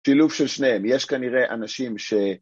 שילוב של שניהם, יש כנראה אנשים ש...